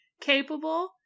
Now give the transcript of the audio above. capable